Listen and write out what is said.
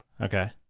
okay